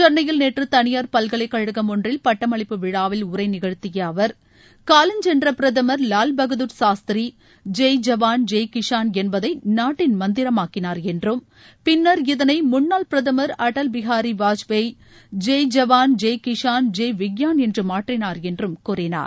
சென்னையில் நேற்று தனியார் பல்கலைக்கழகம் ஒன்றில் பட்டமளிப்பு விழாவில் உரை நிகழ்த்திய அவர் காலஞ்சென்ற பிரதமர் லால் பகதார் சாஸ்திரி ஜெய் ஜவான் ஜெய் கிஷான் என்பதை நாட்டின் மந்திரம் ஆக்கினார் என்றும் பின்னர் இதனை முன்னாள் பிரதமர் அடல் பிஹாரி வாஜ்பேயி ஜெய் ஜவான் ஜெய் கிஷான் ஜெய் விக்யான் என்று மாற்றினார் என்றும் கூறினார்